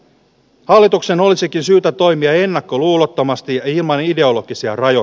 hallituksen olisikin syytä toimia ennakkoluulottomasti ja ilman ideologisia raja